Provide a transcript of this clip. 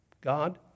God